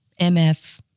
MF